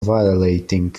violating